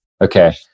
Okay